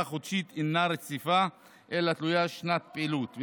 החודשית אינה רציפה אלא תלוית שנת פעילות,